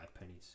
pennies